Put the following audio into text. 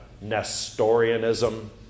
Nestorianism